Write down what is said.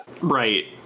Right